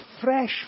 fresh